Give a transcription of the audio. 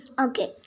Okay